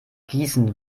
gießen